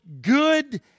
good